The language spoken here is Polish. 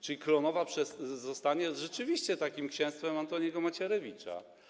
Czy Klonowa zostanie rzeczywiście takim księstwem Antoniego Macierewicza?